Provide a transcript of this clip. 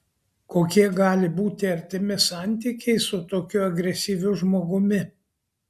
kokie gali būti artimi santykiai su tokiu agresyviu žmogumi